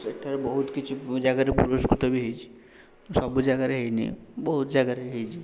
ସେଠାରେ ବହୁତ କିଛି ଜାଗାରେ ପୁରସ୍କୃତ ବି ହେଇଛି ସବୁ ଜାଗାରେ ହେଇନି ବହୁତ ଜାଗାରେ ହେଇଛି